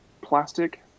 plastic